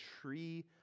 tree